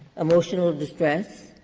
emotional distress